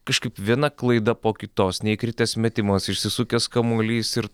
kažkaip viena klaida po kitos neįkritęs metimas išsisukęs kamuolys ir